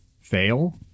fail